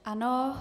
Ano.